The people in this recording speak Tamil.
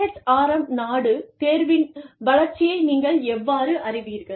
IHRM நாடு தேர்வின் வளர்ச்சியை நீங்கள் எவ்வாறு அறிவீர்கள்